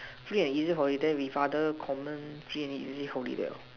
free and easily holiday with father common free and easy holiday lor